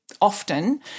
often